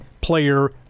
player